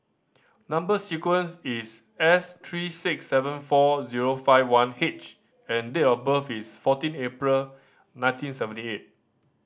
number sequence is S three six seven four zero five one H and date of birth is fourteen April nineteen seventy eight